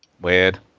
Weird